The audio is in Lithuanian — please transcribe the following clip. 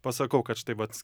pasakau kad štai vats